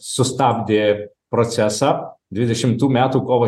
sustabdė procesą dvidešimtų metų kovo